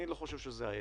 אני חושב שזו לא העת.